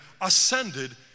ascended